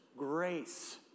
Grace